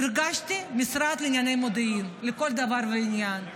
הרגשתי משרד לענייני מודיעין לכל דבר ועניין.